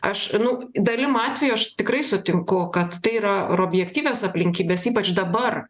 aš nu dalim atvejų aš tikrai sutinku kad tai yra ar objektyvios aplinkybės ypač dabar